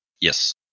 Yes